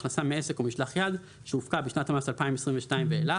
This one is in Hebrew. הכנסה מעסק או משלח יד שהופקה בשנת המס 2022 ואילך.